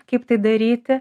kaip tai daryti